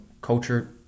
culture